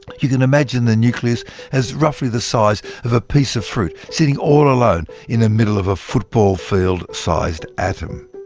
you can imagine the nucleus as roughly the size of a piece of fruit sitting all alone, in the ah middle of a football field-sized atom.